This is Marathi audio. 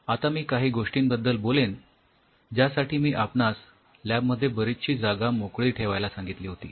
आता मी काही गोष्टींबद्दल बोलेन ज्यासाठी मी आपणास लॅब मध्ये बरीचशी जागा मोकळी ठेवायला सांगितली होती